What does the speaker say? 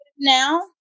Now